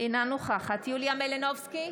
אינה נוכחת יוליה מלינובסקי,